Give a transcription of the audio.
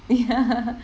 ya